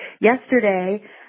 yesterday